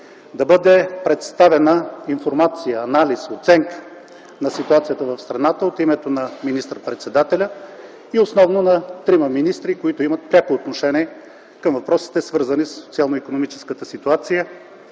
да бъде представена информация, анализ, оценка на ситуацията в страната от името на министър-председателя и основно на трима министри, които имат пряко отношение към въпросите, свързани със социално-икономическата ситуация,